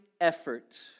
effort